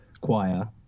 choir